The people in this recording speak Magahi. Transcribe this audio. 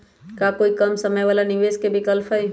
का कोई कम समय वाला निवेस के विकल्प हई?